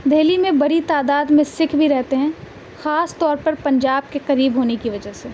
دہلی میں بڑی تعداد میں سکھ بھی رہتے ہیں خاص طور پر پنجاب کے قریب ہونے کی وجہ سے